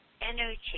energy